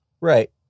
Right